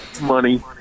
money